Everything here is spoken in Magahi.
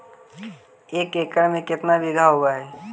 एक एकड़ में केतना बिघा होब हइ?